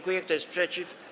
Kto jest przeciw?